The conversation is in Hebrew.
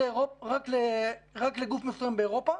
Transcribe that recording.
רק לגוף מסוים באירופה